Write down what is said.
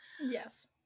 Yes